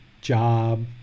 job